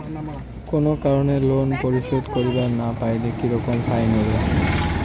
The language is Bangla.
কোনো কারণে লোন পরিশোধ করিবার না পারিলে কি রকম ফাইন হবে?